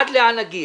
עד לאן נגיע?